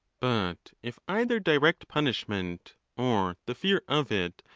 but if either direct punishment, or the fear of it,